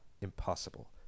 impossible